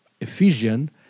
Ephesians